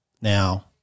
Now